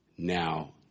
Now